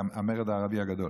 המרד הערבי הגדול,